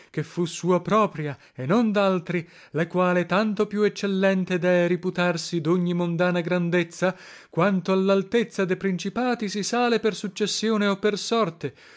che fu sua propria e non daltri la quale tanto più eccellente dee riputarsi dogni mondana grandezza quanto allaltezza de principati si sale per successione o per sorte